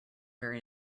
very